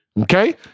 Okay